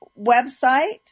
website